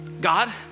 God